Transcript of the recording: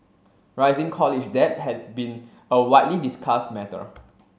rising college debt has been a widely discussed matter